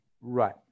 right